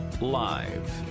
live